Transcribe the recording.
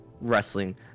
Wrestling